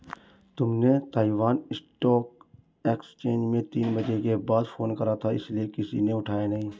तुमने Taiwan stock exchange में तीन बजे के बाद फोन करा था इसीलिए किसी ने उठाया नहीं